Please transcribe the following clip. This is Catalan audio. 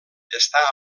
està